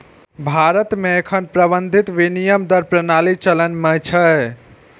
भारत मे एखन प्रबंधित विनिमय दर प्रणाली चलन मे छै